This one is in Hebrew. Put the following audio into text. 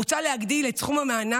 מוצע להגדיל את סכום המענק,